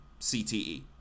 CTE